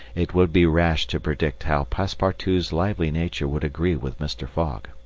it would be rash to predict how passepartout's lively nature would agree with mr. fogg.